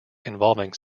involving